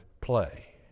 play